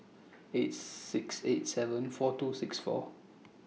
eight six eight seven four two six four